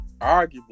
arguably